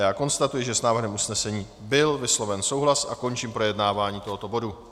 A já konstatuji, že s návrhem usnesení byl vysloven souhlas, a končím projednávání tohoto bodu.